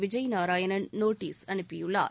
Vijay Narayanan notice அனுப்பியுள்ளார்